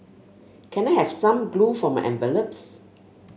can I have some glue for my envelopes